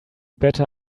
better